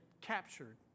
captured